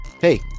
hey